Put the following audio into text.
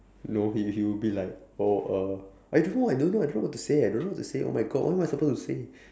no he he would be like oh uh I don't know I don't know I don't know what to say I don't know what to say oh my god what am I supposed to say